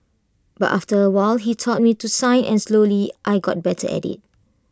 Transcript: but after A while he taught me to sign and slowly I got better at IT